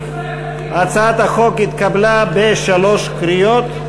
הצעת החוק התקבלה בשלוש קריאות.